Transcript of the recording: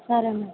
సరే మేడమ్